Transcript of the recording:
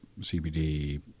CBD